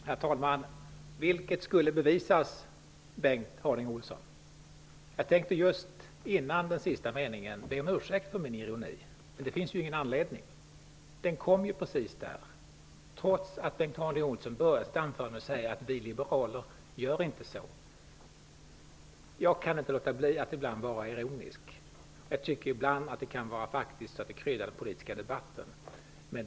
Herr talman! ''Vilket skulle bevisas'', Bengt Harding Olson! Jag tänkte före hans sista mening be om ursäkt, för mitt tal om ironi, men det finns ingen anledning till det. Ironin kom till sist, trots att Bengt Harding Olson började sin replik med att säga att vi liberaler inte är sådana. Jag kan inte låta bli att ibland vara ironisk. Det kan faktiskt ibland krydda den politiska debatten.